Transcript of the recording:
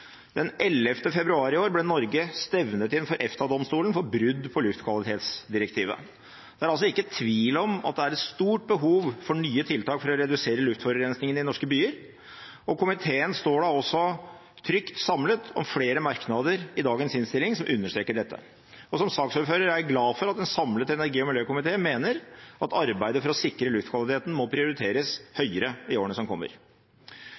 februar i år ble Norge stevnet inn for EFTA-domstolen for brudd på luftkvalitetsdirektivet. Det er altså ingen tvil om at det er stort behov for nye tiltak for å redusere luftforurensningen i norske byer, og komiteen står da også i dagens innstilling trygt samlet om flere merknader som understreker dette. Som saksordfører er jeg glad for at en samlet energi- og miljøkomité mener at arbeidet for å sikre luftkvaliteten må prioriteres høyere i årene som kommer.